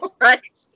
right